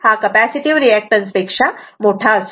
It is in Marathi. कॅपॅसिटीव्ह रिऍक्टन्स असतो